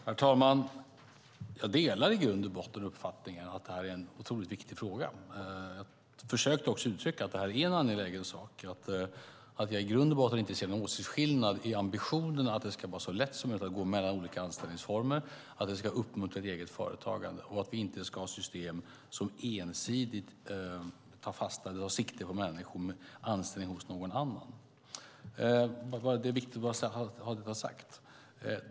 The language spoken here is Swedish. Herr talman! Jag delar i grund och botten uppfattningen att det här är en otroligt viktig fråga. Jag försökte uttrycka att det här är en angelägen sak och att jag i grund och botten inte ser någon åsiktsskillnad i ambitionen att det ska vara så lätt som möjligt att gå mellan olika anställningsformer, att vi ska uppmuntra till eget företagande och att vi inte ska ha ett system som ensidigt tar sikte på människor med anställning hos någon annan. Det är viktigt att ha det sagt.